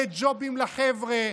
לג'ובים לחבר'ה,